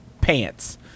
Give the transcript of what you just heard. Pants